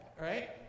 right